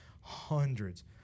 hundreds